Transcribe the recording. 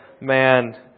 man